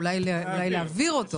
אולי להעביר,